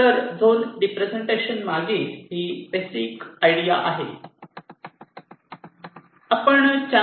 तर zone representation मागील ही बेसिक आयडिया आहे